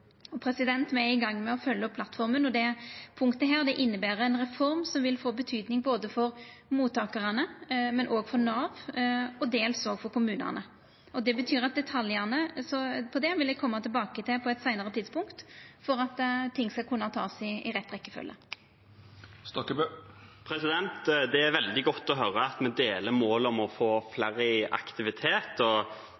Me er i gang med å følgja opp plattforma, og dette punktet inneber ei reform som vil få betyding både for mottakarane, for Nav og dels òg for kommunane. Det betyr at detaljane rundt det vil eg koma tilbake til på eit seinare tidspunkt, for at ting skal kunna takast i rett rekkjefølgje. Det er veldig godt å høre at vi deler målet om å få